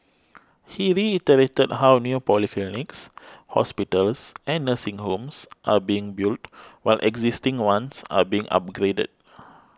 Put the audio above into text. he reiterated how new polyclinics hospitals and nursing homes are being built while existing ones are being upgraded